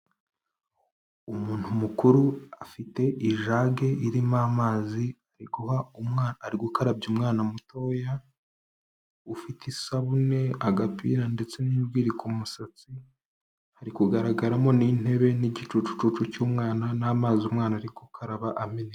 Umuntu mukuru afite ijage irimo amazi, ari guha ari gukarabya umwana mutoya ufite isabune agapira ndetse n'ijwiri ku musatsi. Hari kugaragaramo n'intebe n'igicucucucu cy'umwana n'amazi umwana ari gukaraba ameka